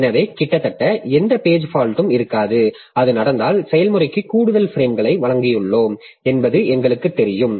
எனவே கிட்டத்தட்ட எந்த பேஜ் ஃபால்ட்ம் இருக்காது அது நடந்தால் செயல்முறைக்கு கூடுதல் பிரேம்களை வழங்கியுள்ளோம் என்பது எங்களுக்குத் தெரியும்